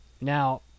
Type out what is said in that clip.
Now